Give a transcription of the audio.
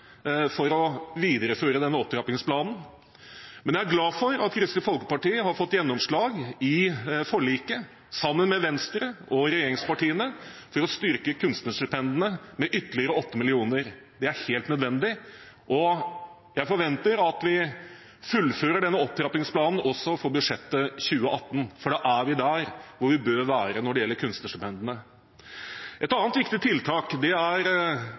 for å videreføre den opptrappingsplanen. Men jeg er glad for at Kristelig Folkeparti har fått gjennomslag i forliket med Venstre og regjeringspartiene for å styrke kunstnerstipendene med ytterligere 8 mill. kr. Det er helt nødvendig, og jeg forventer at vi fullfører den opptrappingsplanen også for budsjettet 2018. For da er vi der vi bør være når det gjelder kunstnerstipendene. Et annet viktig tiltak er